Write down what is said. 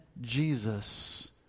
Jesus